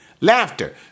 Laughter